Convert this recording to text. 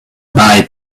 buy